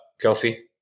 Kelsey